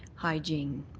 hygiene,